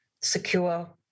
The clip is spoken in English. secure